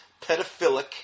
pedophilic